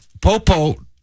popo